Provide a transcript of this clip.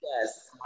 Yes